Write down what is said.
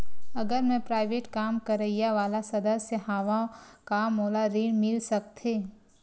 अगर मैं प्राइवेट काम करइया वाला सदस्य हावव का मोला ऋण मिल सकथे?